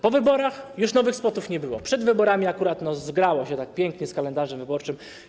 Po wyborach już nowych spotów nie było, przed wyborami akurat no zgrało się tak pięknie z kalendarzem wyborczym.